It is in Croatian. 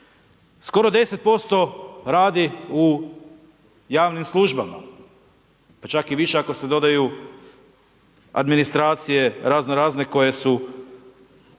skoro 10% radi u javnim službama, pa čak i više ako se dodaju administracije razno razne koje su